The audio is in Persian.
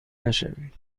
نشوید